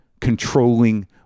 controlling